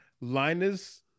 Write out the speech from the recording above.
linus